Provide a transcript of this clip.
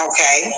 Okay